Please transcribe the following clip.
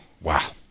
Wow